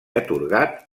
atorgat